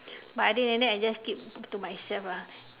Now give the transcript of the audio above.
but other than that I just keep to myself lah